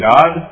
God